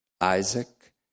Isaac